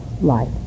life